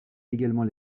également